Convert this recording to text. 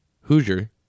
Hoosier